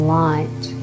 light